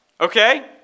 Okay